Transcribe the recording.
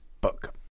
book